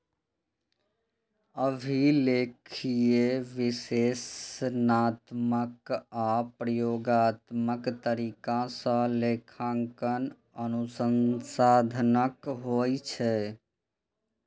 अभिलेखीय, विश्लेषणात्मक आ प्रयोगात्मक तरीका सं लेखांकन अनुसंधानक होइ छै